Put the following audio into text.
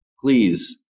please